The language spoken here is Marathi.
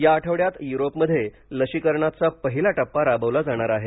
या आठवड्यात युरोपमध्ये लशीकरणाचा पहिला टप्पा राबवला जाणार आहे